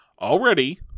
already